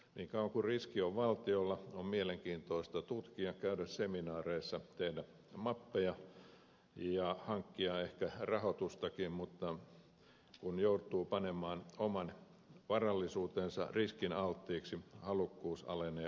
niin kauan kuin riski on valtiolla on mielenkiintoista tutkia käydä seminaareissa tehdä mappeja ja hankkia ehkä rahoitustakin mutta kun joutuu panemaan oman varallisuutensa riskialttiiksi halukkuus alenee olennaisesti